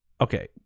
okay